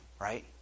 right